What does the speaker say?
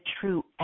true